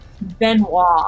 Benoit